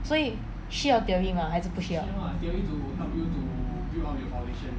所以需要 theory mah 还是不需要